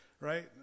right